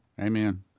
amen